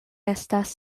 estas